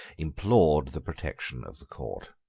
implored the protection of the court.